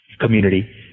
community